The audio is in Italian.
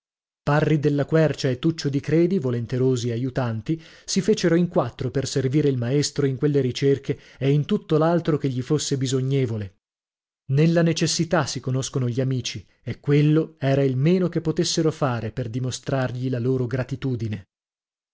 parri della quercia e tuccio di credi volonterosi aiutanti si fecero in quattro per servire il maestro in quelle ricerche e in tutto l'altro che gli fosse bisognevole nella necessità si conoscono gli amici e quello era il meno che potessero fare per dimostrargli la loro gratitudine